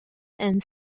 and